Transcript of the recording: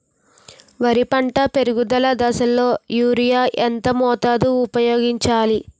వరి పంట పెరుగుదల దశలో యూరియా ఎంత మోతాదు ఊపయోగించాలి?